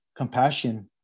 compassion